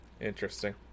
interesting